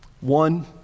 One